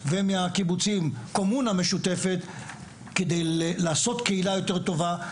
ומהקיבוצים קומונה משותפת כדי לעשות קהילה יותר טובה,